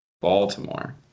Baltimore